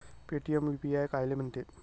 Paytm UPI कायले म्हनते?